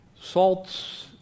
Salt's